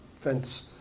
fence